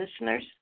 listeners